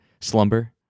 slumber